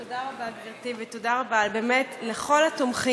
תודה רבה, גברתי, ותודה רבה לכל התומכים,